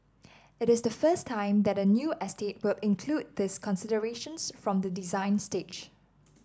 it is the first time that a new estate will include these considerations from the design stage